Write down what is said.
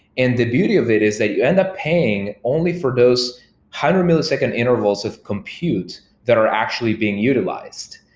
and the beauty of it is that you end up paying only for those hundred milliseconds intervals of compute that are actually being utilized.